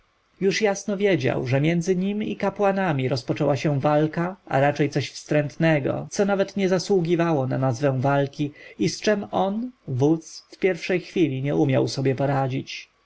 już jasno widział że między nim i kapłanami rozpoczęła się walka a raczej coś wstrętnego co nawet nie zasługiwało na nazwę walki i z czem on wódz w pierwszej chwili nie umiał sobie poradzić